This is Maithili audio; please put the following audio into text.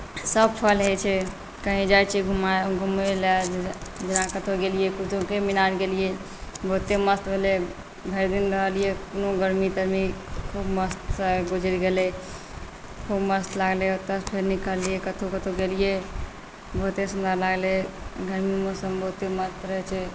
सभ फल होइत छै कहीँ जाइत छी घुमयले तऽ जेना कतहु गेलियै कुतुबेमीनार गेलियै बहुते मस्त भेलै भरि दिन रहलियै कोनो गर्मी तर्मी खूब मस्तसँ गुजरि गेलै खुब मस्त लागलै ओतय फेर निकललियै कतहु कतहु गेलियै बहुते सुन्दर लागलै गर्मी मौसम बहुते मस्त रहैत छै